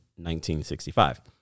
1965